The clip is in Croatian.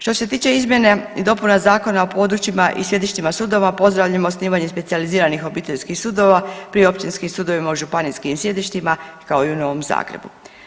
Što se tiče izmjena i dopuna Zakona o područjima i sjedištima sudova pozdravljamo osnivanje specijaliziranih obiteljskih sudova pri općinskim sudovima u županijskim sjedištima kao i u Novom Zagrebu.